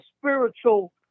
spiritual